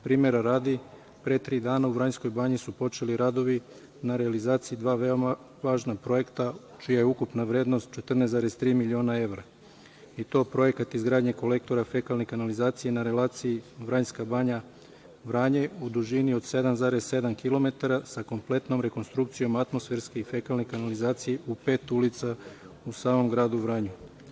Primera radi, pre tri dana u Vranjskoj Banji su počeli radovi na realizaciji dva veoma važna projekta čija je ukupna vrednost 14,3 miliona evra, i to projekat izgradnje kolektora fekalnih kanalizacija na relaciji Vranjska Banja – Vranje u dužini od 7,7 kilometara, sa kompletnom rekonstrukcijom atmosferske i fekalne kanalizacije u pet ulica u samom gradu Vranju.